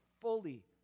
fully